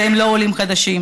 שהם לא עולים חדשים.